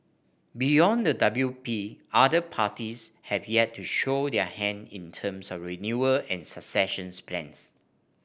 beyond the W P other parties have yet to show their hand in terms of renewal and successions plans